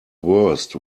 worst